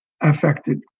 affected